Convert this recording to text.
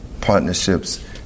partnerships